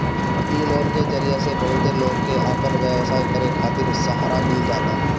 इ लोन के जरिया से बहुते लोग के आपन व्यवसाय करे खातिर सहारा मिल जाता